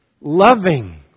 loving